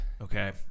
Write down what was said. Okay